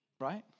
Right